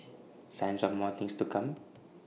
signs of more things to come